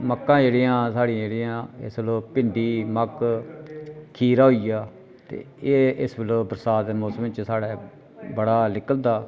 मक्कां जेहड़ियां साढ़ी जेहड़ियां भिंडी मक्क खीरा होई गेआ ते एह् इस बेल्लै बरसांत दे मौसमै च साढ़ै बड़ा निकलदा